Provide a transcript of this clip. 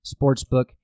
sportsbook